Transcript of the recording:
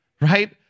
Right